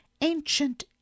ancient